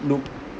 look